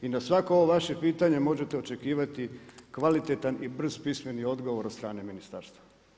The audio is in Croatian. I na svako ovo vaše pitanje, možete očekivati kvalitetan i brz pismeni odgovor od strane ministarstva.